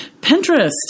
Pinterest